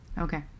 Okay